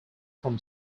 from